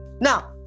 Now